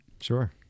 Sure